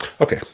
Okay